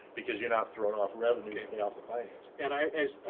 because you're not throwing off revenue to pay off the financing. and i mean